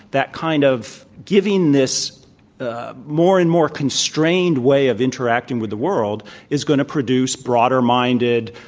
that kind of giving this ah more and more constrained way of interacting with the world is going to produce broader minded,